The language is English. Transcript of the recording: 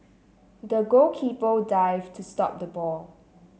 the goalkeeper dived to stop the ball